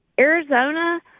Arizona